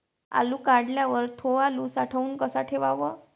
आलू काढल्यावर थो आलू साठवून कसा ठेवाव?